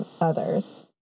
others